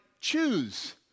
choose